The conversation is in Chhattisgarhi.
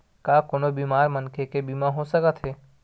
का कोनो बीमार मनखे के बीमा हो सकत हे?